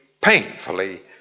painfully